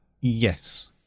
Yes